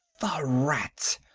the rats!